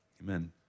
Amen